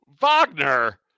Wagner